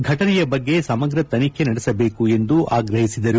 ಘಟನೆಯ ಬಗ್ಗೆ ಸಮಗ್ರ ತನಿಖೆ ನಡೆಸಬೇಕು ಎಂದು ಆಗ್ರಹಿಸಿದರು